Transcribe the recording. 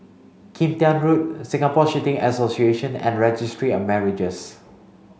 Kim Tian Road Singapore Shooting Association and Registry of Marriages